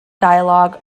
dialogue